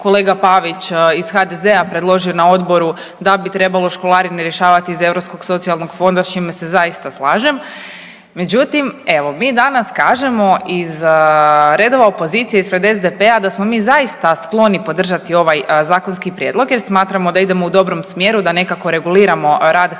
kolega Pavić iz HDZ-a predložio na odboru da bi trebalo školarine rješavati iz Europskog socijalnog fonda s čime se zaista slažem. Međutim, evo mi danas kažemo iz redova opozicije, ispred SDP-a da smo mi zaista skloni podržati ovaj zakonski prijedlog jer smatramo da idemo u dobrom smjeru, da nekako reguliramo rad